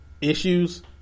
issues